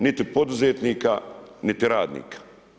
Niti poduzetnika niti radnika.